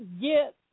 get